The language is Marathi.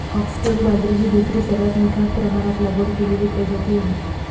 फॉक्सटेल बाजरी ही दुसरी सर्वात मोठ्या प्रमाणात लागवड केलेली प्रजाती आहे